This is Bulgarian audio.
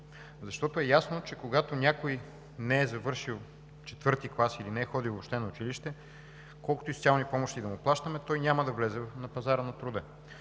Защото е ясно, че когато някой не е завършил IV клас, или не е ходил въобще на училище, колкото и социални помощи да му плащаме, той няма да влезе на пазара на труда.